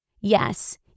Yes